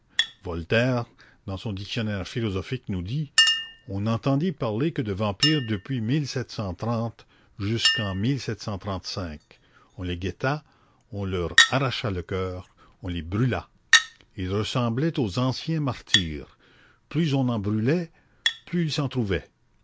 voltaire dans son dictionnaire philosophique nous dit on n'entendit parler que de vampires depuis jusqu'en on les guetta on leur arracha le coeur on les brûla ils ressemblaient aux anciens martyrs plus on en brûlait plus il s'en trouvait